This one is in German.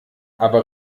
aber